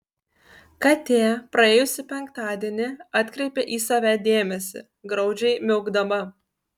katė praėjusį penktadienį atkreipė į save dėmesį graudžiai miaukdama